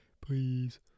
please